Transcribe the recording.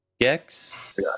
Gex